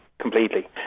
completely